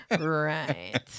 right